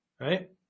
Right